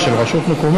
שלוש דקות לרשותך.